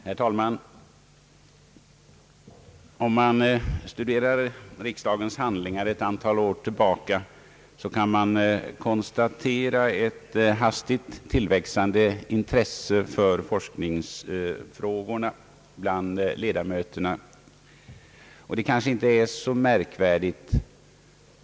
Herr talman! Om man studerar riksdagens handlingar sedan ett antal år tillbaka kan man konstatera ett hastigt växande intresse för forskningsfrågorna bland ledamöterna, vilket kanske inte är så märkligt.